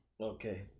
Okay